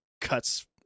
cuts